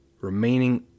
Remaining